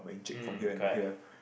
hmm correct